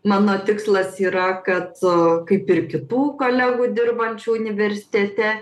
mano tikslas yra kad kaip ir kitų kolegų dirbančių universitete